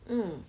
mm